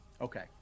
Okay